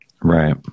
Right